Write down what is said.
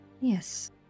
yes